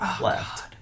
left